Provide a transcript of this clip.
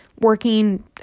working